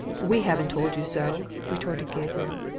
we haven't told you so, retorted gabriel.